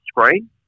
screen